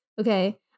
Okay